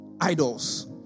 idols